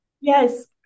Yes